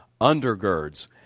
undergirds